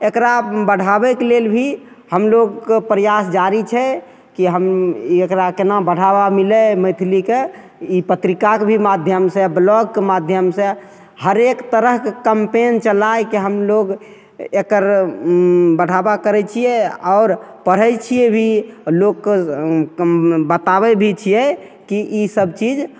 एकरा बढ़ाबैके लेल भी हमलोगके प्रयास जारी छै की हम एकरा केना बढ़ाबा मिलै मैथिलीके ई पत्रिकाके भी माध्यम सँ ब्लोगके माध्यम सँ हरेक तरहके कम्पैन चला कऽ हमलोग एकर बढ़ाबा करै छियै आओर पढ़ै छियै भी लोकके बताबै भी छियै की ईसब चीज